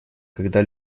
когда